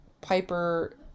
Piper